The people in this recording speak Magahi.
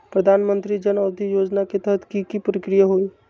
प्रधानमंत्री जन औषधि योजना के तहत की की प्रक्रिया होई?